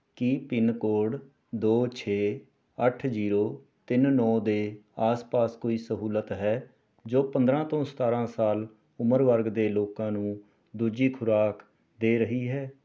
ਕੀ pincode ਦੋ ਛੇ ਅੱਠ ਜ਼ੀਰੋ ਤਿੰਨ ਨੌਂ ਦੇ ਆਸ ਪਾਸ ਕੋਈ ਸਹੂਲਤ ਹੈ ਜੋ ਪੰਦਰਾਂ ਤੋਂ ਸਤਾਰਾਂ ਸਾਲ ਉਮਰ ਵਰਗ ਦੇ ਲੋਕਾਂ ਨੂੰ ਦੂਜੀ ਖੁਰਾਕ ਦੇ ਰਹੀ ਹੈ